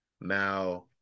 Now